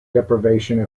deprivation